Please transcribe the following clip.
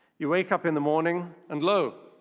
you wake up in the morning, and lo,